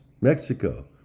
Mexico